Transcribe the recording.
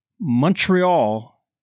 Montreal